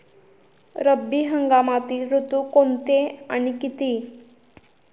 रब्बी हंगामातील ऋतू कोणते आणि किती?